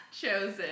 chosen